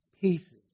Pieces